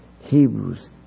Hebrews